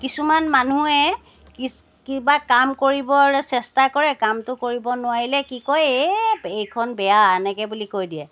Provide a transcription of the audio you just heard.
কিছুমান মানুহে কি কিবা কাম কৰিবলৈ চেষ্টা কৰে কামটো কৰিব নোৱাৰিলে কি কয় এ এইখন বেয়া এনেকৈ বুলি কৈ দিয়ে